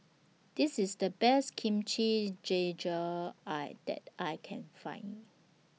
This IS The Best Kimchi Jjigae I that I Can Find